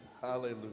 hallelujah